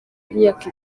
imyaka